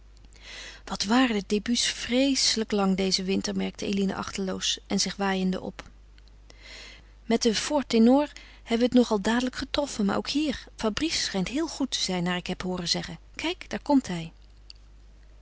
wat duren die débuts vreeselijk lang dezen winter merkte eline achteloos en zich waaiende op met den fort ténor hebben we het nog al dadelijk getroffen maar ook hier fabrice schijnt heel goed te zijn naar ik heb hooren zeggen kijk daar komt hij